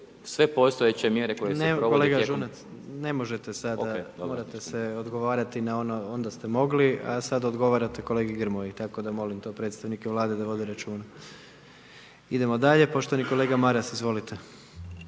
**Jandroković, Gordan (HDZ)** Ne, kolega Žunac, ne možete sada, morate se odgovarati na ono, onda ste mogli a sada odgovarate kolegi Grmoji, tako da molim to predstavnike Vlade da vode računa. Idemo dalje. Poštovani kolega Maras, izvolite.